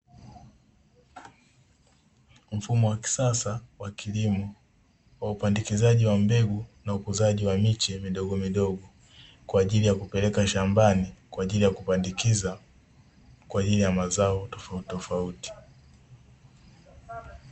Mfumo wa kisasa wa kilimo wa upandikizaji wa mbegu na ukuzaji wa miche midogo midogo, kwa ajili ya kupeleka shambani kwa ajili ya kupandikiza, kwa ajili ya mazao tofauti tofauti.